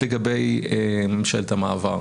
השלטוני לבין רמת הביקורת שצריך להפעיל.